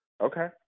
Okay